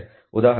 ಉದಾಹರಣೆಗೆ ಇದು 0